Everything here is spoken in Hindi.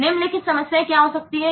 निम्नलिखित समस्याएं क्या हो सकती हैं